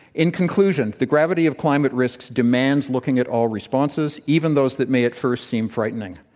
in conclusion, the gravity of climate risks demands looking at all responses, even those that may at first seem frightening.